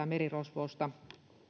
merirosvousta